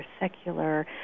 secular